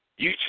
YouTube